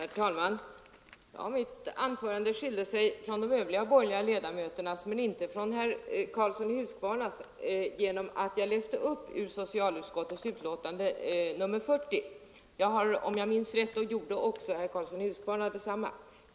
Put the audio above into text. Herr talman! Mitt anförande skilde sig från de övriga borgerliga ledamöternas men inte från herr Karlssons i Huskvarna — genom att jag läste ur socialutskottets betänkande nr 40. Om jag inte minns fel gjorde herr Karlsson i Huskvarna detsamma.